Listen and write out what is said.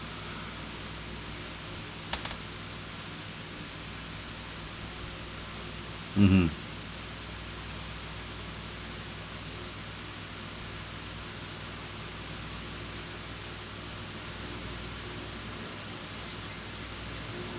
mmhmm